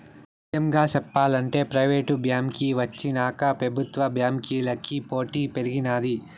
నిజంగా సెప్పాలంటే ప్రైవేటు బాంకీ వచ్చినాక పెబుత్వ బాంకీలకి పోటీ పెరిగినాది